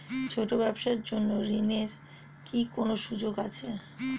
ছোট ব্যবসার জন্য ঋণ এর কি কোন সুযোগ আছে?